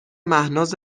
مهناز